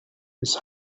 his